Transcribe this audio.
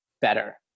better